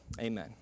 amen